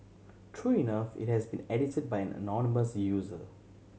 true enough it has been edited by an anonymous user